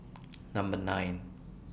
Number nine